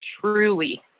truly